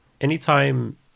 anytime